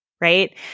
right